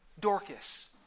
Dorcas